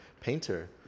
painter